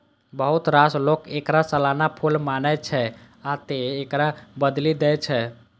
बहुत रास लोक एकरा सालाना फूल मानै छै, आ तें एकरा बदलि दै छै